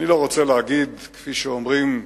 אני לא רוצה להגיד כפי שאומרים,